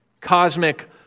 Cosmic